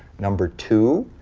number two,